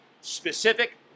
specific